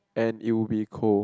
and it would be a cold